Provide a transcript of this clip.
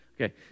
Okay